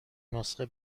نسخه